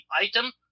item